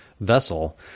vessel